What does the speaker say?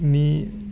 नि